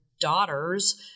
daughters